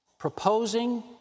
Proposing